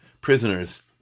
prisoners